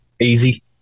easy